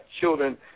children